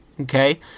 okay